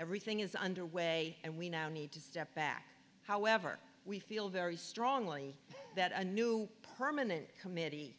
everything is under way and we now need to step back however we feel very strongly that a new permanent committee